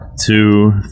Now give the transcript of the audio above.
two